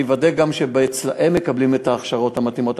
ואני אוודא שגם הם מקבלים את ההכשרות המתאימות.